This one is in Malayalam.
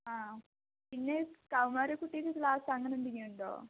ആ പിന്നെ കൗമാര കുട്ടിക്ക് ക്ലാസ് അങ്ങനെ എന്തെങ്കിലുമുണ്ടോ